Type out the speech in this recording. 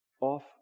off